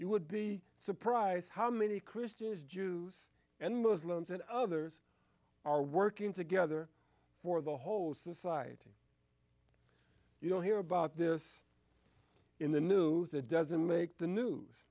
you would be surprised how many christians jews and muslims and others are working together for the whole society you don't hear about this in the news that doesn't make the news